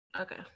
okay